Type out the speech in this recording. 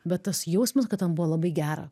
bet tas jausmas kad ten buvo labai gera